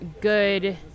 good